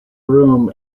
room